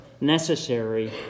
necessary